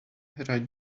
right